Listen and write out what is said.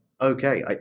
Okay